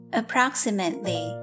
approximately